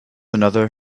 another